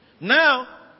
Now